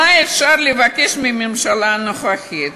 מה אפשר לבקש מהממשלה הנוכחית?